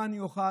מה אני אוכל.